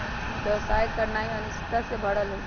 व्यवसाय करनाइ अनिश्चितता से भरल हइ